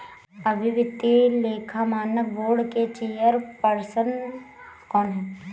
अभी वित्तीय लेखा मानक बोर्ड के चेयरपर्सन कौन हैं?